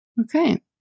Okay